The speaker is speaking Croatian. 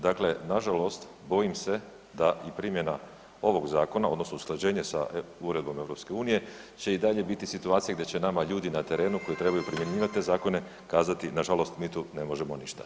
Dakle na žalost bojim se da i primjena ovoga zakona odnosno usklađenje sa Uredbom Europske unije će i dalje biti situacija gdje će nama ljudi na terenu koji trebaju primjenjivati te zakone kazati na žalost mi tu ne možemo ništa.